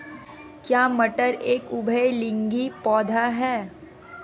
क्या मटर एक उभयलिंगी पौधा है?